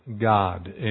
God